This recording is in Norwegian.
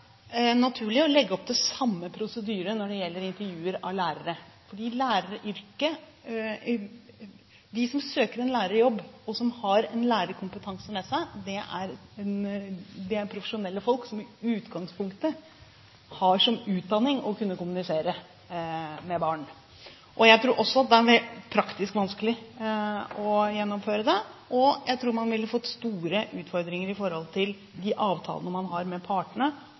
det er naturlig å legge opp til samme prosedyre når det gjelder intervjuer med lærere. De som søker en lærerjobb, og som har en lærerkompetanse med seg, er profesjonelle folk som i utgangspunktet har som utdanning å kunne kommunisere med barn. Jeg tror også det er praktisk vanskelig å gjennomføre det, og jeg tror man ville fått store utfordringer i forhold til de avtalene man har med partene,